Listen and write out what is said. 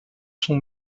sont